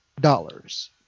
dollars